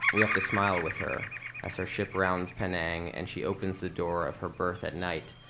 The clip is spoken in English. we have to smile with her as her ship rounds penang and she opens the door of her birth at night.